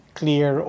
clear